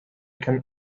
can